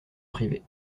privée